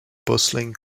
bustling